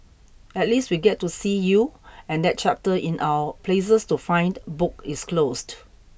at least we get to see you and that chapter in our places to find book is closed